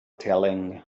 telling